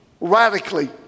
radically